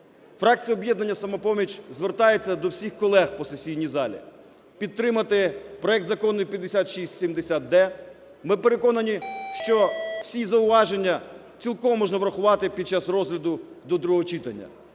Фракція "Об'єднання "Самопоміч" звертається до всіх колег по сесійній залі підтримати проект Закону 5670-д. Ми переконані, що всі зауваження цілком можна врахувати під час розгляду до другого читання,